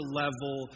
level